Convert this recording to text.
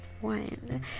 one